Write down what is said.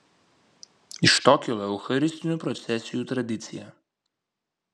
iš to kilo eucharistinių procesijų tradicija